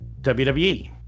wwe